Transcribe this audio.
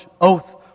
oath